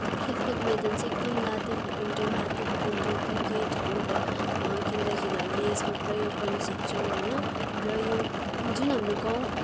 खेलकुद मैदान चाहिँ एकदम लात्ते भकुन्डो हाते भकुन्डो क्रिकेटहरू भयो खेल्दाखेरि हामीले यसमा प्रयोग गर्न सक्छौँ होइन र यो जुन हाम्रो गाउँ